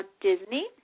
Disney